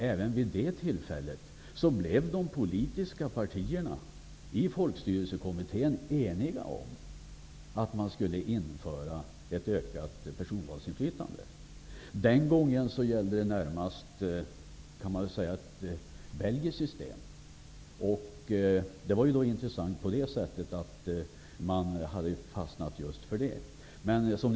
Även vid det tillfället blev de politiska partierna i Folkstyrelsekommittén eniga om att man skulle införa ett ökat personvalsinflytande. Vid det tillfället var det närmast ett belgiskt system som man hade fattat intresse för.